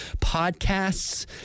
podcasts